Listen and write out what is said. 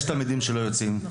יש תלמידים שלא יוצאים.